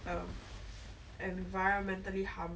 I cannot afford it out so it's like !wah!